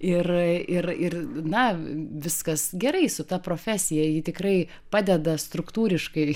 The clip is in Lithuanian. ir ir ir na viskas gerai su ta profesija ji tikrai padeda struktūriškai